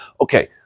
Okay